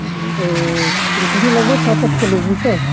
یِم کھسَن لگ بھگ سَتتھ کِلوٗ بوٗزتھا